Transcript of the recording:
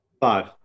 Five